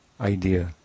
idea